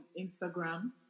Instagram